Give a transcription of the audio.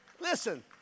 Listen